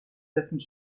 dessen